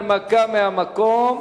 הנמקה מהמקום.